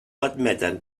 admeten